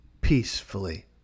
peacefully